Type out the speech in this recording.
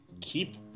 keep